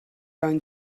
going